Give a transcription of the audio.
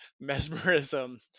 mesmerism